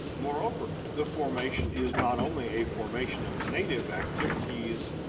moreover, the formation is not only a formation of native activities,